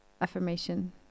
affirmation